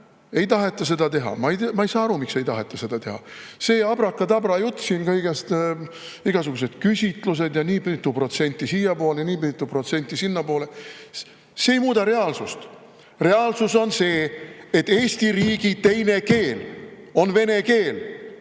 ei taheta seda teha. Ma ei saa aru, miks ei taheta seda teha. See abrakadabra jutt siin kõigest sellest, igasugused küsitlused, nii mitu protsenti siiapoole, nii mitu protsenti sinnapoole, ei muuda reaalsust. Reaalsus on see, et Eesti riigi teine keel on vene keel